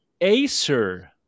Acer